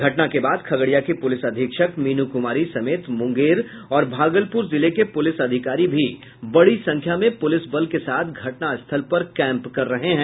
घटना के बाद खगड़िया की पुलिस अधीक्षक मीनू कुमारी समेत मुंगेर और भागलपुर जिले के पुलिस अधिकारी भी बड़ी संख्या में पुलिस बल के साथ घटना स्थल पर कैम्प कर रहे हैं